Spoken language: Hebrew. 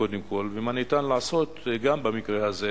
קודם כול, ומה ניתן לעשות גם במקרה הזה?